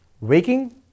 waking